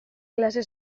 klase